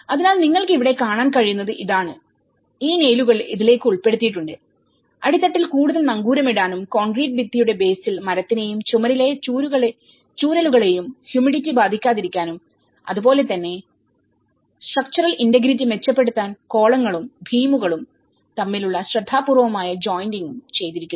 അതിനാൽ നിങ്ങൾക്ക് ഇവിടെ കാണാൻ കഴിയുന്നത് ഇതാണ് ഈ നെയിലുകൾ ഇതിലേക്ക് ഉൾപ്പെടുത്തിയിട്ടുണ്ട് അടിത്തട്ടിൽ കൂടുതൽ നങ്കൂരമിടാനും കോൺക്രീറ്റ് ഭിത്തിയുടെ ബേസിൽ മരത്തിനെയും ചുമരിലെ ചൂരലുകളെയും ഹ്യൂമിഡിറ്റി ബാധിക്കാതിരിക്കാനും അതുപോലെ തന്നെ സ്ട്രക്ച്ചറൽ ഇന്റഗ്രിറ്റി മെച്ചപ്പെടുത്താൻ കോളങ്ങളും ബീമുകളും തമ്മിലുള്ള ശ്രദ്ധാപൂർവമായ ജോയിന്റിങ്ങ് ചെയ്തിരിക്കുന്നു